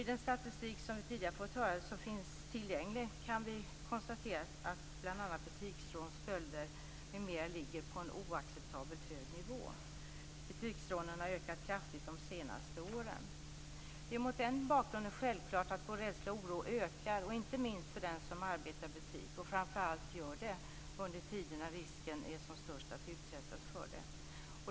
I den statistik som finns tillgänglig kan vi konstatera att bl.a. butiksrån, stölder m.m. ligger på en oacceptabelt hög nivå. Butiksrånen har ökat kraftigt de senaste åren. Det är mot den bakgrunden självklart att vår rädsla och oro ökar, inte minst för den som arbetar i butik och framför allt gör det under tider när risken är som störst att utsättas för detta.